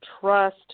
Trust